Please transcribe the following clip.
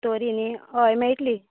story नी हय मेळटली